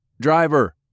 Driver